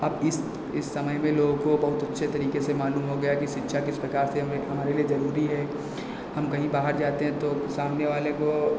आप इस इस समय में लोगों को बहुत अच्छे तरीके से मालूम हो गया कि शिक्षा किस प्रकार से हमें हमारे लिए ज़रूरी है हम कहीं बाहर जाते हैं तो सामने वाले को